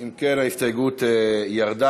אם כן, ההסתייגות ירדה.